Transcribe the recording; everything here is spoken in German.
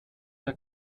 der